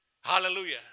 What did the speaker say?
Hallelujah